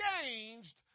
changed